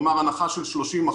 כלומר, הנחה של 30 אחוזים.